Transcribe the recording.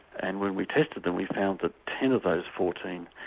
and when we tested them we found that ten of those fourteen,